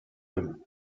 him